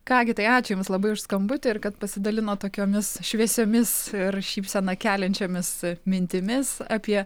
ką gi tai ačiū jums labai už skambutį ir kad pasidalinot tokiomis šviesiomis ir šypseną keliančiomis mintimis apie